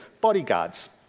bodyguards